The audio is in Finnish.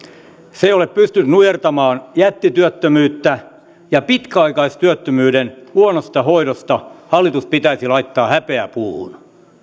se ei ole pystynyt nujertamaan jättityöttömyyttä ja pitkäaikaistyöttömyyden huonosta hoidosta hallitus pitäisi laittaa häpeäpuuhun